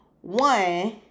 one